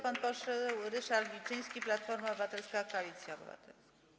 Pan poseł Ryszard Wilczyński, Platforma Obywatelska - Koalicja Obywatelska.